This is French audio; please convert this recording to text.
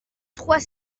trois